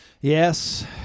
Yes